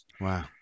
Wow